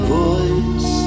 voice